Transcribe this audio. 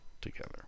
together